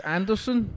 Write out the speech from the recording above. Anderson